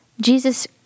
Jesus